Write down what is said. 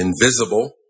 invisible